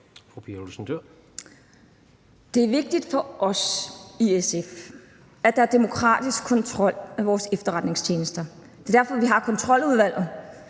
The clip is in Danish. Det er vigtigt for os i SF, at der er demokratisk kontrol med vores efterretningstjenester – det er derfor, vi har Kontroludvalget